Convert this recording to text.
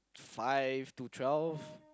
five to twelve